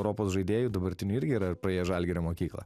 europos žaidėjų dabartiniu irgi yra praėję žalgirio mokyklą